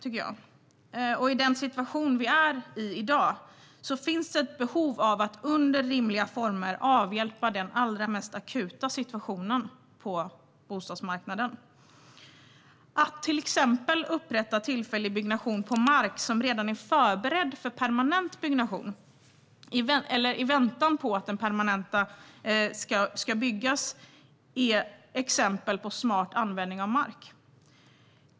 I den situation som är i dag finns det ett behov av att under rimliga former avhjälpa den allra mest akuta situationen på bostadsmarknaden. Att upprätta tillfällig byggnation på mark i väntan på permanent byggnation är ett exempel på smart användning av mark.